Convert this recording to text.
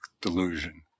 delusion